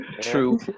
true